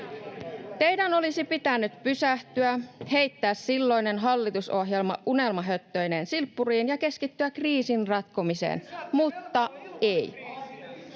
Teidän olisi pitänyt pysähtyä, heittää silloinen hallitusohjelma unelmahöttöineen silppuriin ja keskittyä kriisin ratkomiseen, mutta ei: